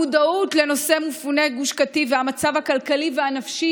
המודעות לנושא מפוני גוש קטיף והמצב הכלכלי והנפשי,